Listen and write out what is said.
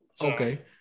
Okay